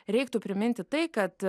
reiktų priminti tai kad